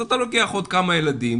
אז אתה לוקח עוד כמה ילדים,